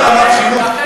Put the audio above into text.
לאותה רמת חינוך?